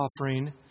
offering